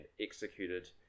executed